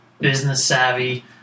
business-savvy